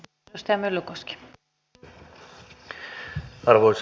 arvoisa rouva puhemies